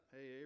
Hey